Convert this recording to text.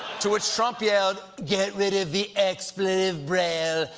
to which trump yelled, get rid of the expletive braille.